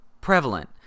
prevalent